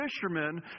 fishermen